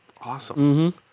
awesome